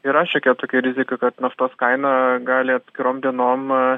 yra šiokia tokia rizika kad naftos kaina gali atskirom dienom